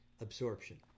absorption